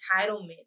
entitlement